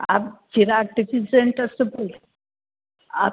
आप Chirag tiffin centre से आप